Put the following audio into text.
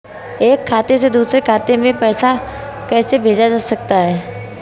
एक खाते से दूसरे खाते में पैसा कैसे भेजा जा सकता है?